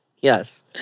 Yes